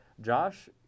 Josh